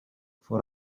for